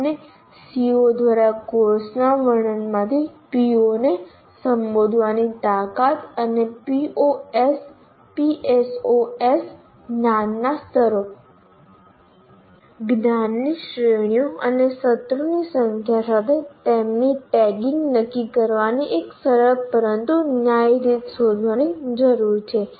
અમને CO દ્વારા કોર્સના વર્ણનમાંથી PO ને સંબોધવાની તાકાત અને POs PSOs જ્ઞાનના સ્તરો જ્ઞાનની શ્રેણીઓ અને સત્રોની સંખ્યા સાથે તેમની ટેગિંગ નક્કી કરવાની એક સરળ પરંતુ ન્યાયી રીત શોધવાની જરૂર છે